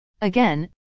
Again